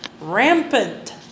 rampant